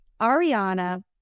Ariana